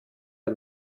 der